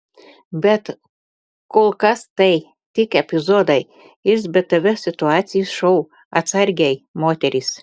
bet kol kas tai tik epizodai iš btv situacijų šou atsargiai moterys